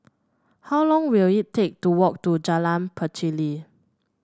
how long will it take to walk to Jalan Pacheli